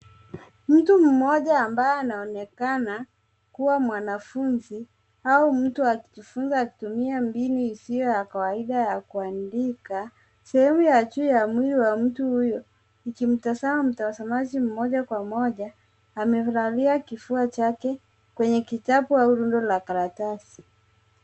Mtu mmoja ambaye anaonekana kuwa mwanafunzi au mtu akifunzwa kutumia mbinu isiyo ya kawaida ya kuandika. Sehemu ya juu ya mwili wa mtu huyo ikimtazama mtazamaji moja kwa moja amelalia kifua chake kwenye kitabu au rundo la karatasi.